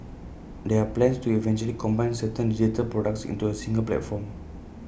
there are plans to eventually combine certain digital products into A single platform